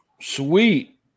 Sweet